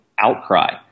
outcry